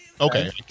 Okay